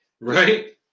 Right